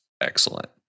excellent